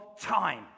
time